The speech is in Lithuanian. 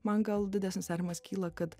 man gal didesnis nerimas kyla kad